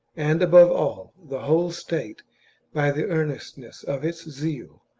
and above all, the whole state by the earnestness of its zeal,